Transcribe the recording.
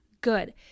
good